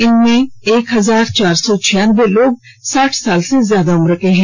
इनमें एक हजार चार सौ छियान्बे लोग साठ साल से ज्यादा उम्र के हैं